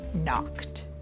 knocked